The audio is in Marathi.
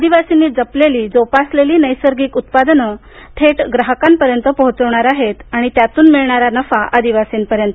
आदिवासींनी जपलेली जोपासलेली नैसर्गिक उत्पादनं थेट ग्राहकापर्यंत पोहोचवणार आहेत आणि त्यातून मिळणारा नफा आदिवासींपर्यंत